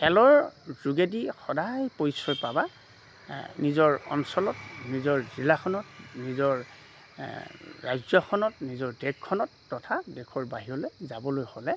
খেলৰ যোগেদি সদায় পৰিচয় পাবা নিজৰ অঞ্চলত নিজৰ জিলাখনত নিজৰ ৰাজ্যখনত নিজৰ দেশখনত তথা দেশৰ বাহিৰলৈ যাবলৈ হ'লে